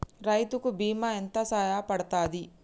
రైతు కి బీమా ఎంత సాయపడ్తది?